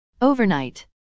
Overnight